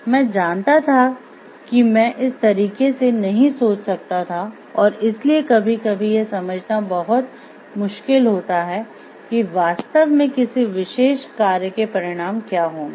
मैं जानता था कि मैं इस तरीके से नहीं सोच सकता था और इसलिए कभी कभी यह समझना बहुत मुश्किल होता है कि वास्तव में किसी विशेष कार्य के परिणाम क्या होंगे